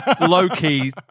low-key